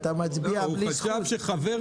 אתה מצביע בלי זכות.